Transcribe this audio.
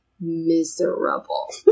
miserable